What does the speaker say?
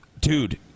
Dude